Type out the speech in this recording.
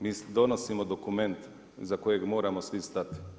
Mi donosimo dokument iza kojeg moramo svi stati.